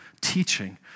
teaching